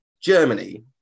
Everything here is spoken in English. germany